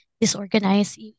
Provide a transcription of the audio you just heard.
Disorganized